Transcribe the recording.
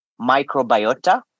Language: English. microbiota